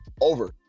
over